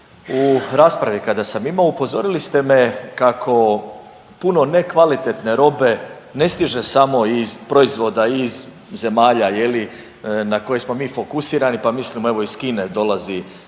u raspravi kada sam imao upozorili ste me kako puno nekvalitetne robe ne stiže samo i proizvoda i iz zemalja na koje smo mi fokusirani pa mislimo evo iz Kine dolazi sve